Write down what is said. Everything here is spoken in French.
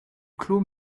clos